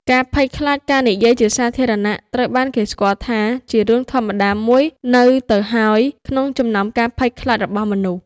ការភ័យខ្លាចការនិយាយជាសាធារណៈ ត្រូវបានគេស្គាល់ថា ជារឿងធម្មតាមួយនៅទៅហើយក្នុងចំណោមការភ័យខ្លាចរបស់មនុស្ស។